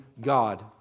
God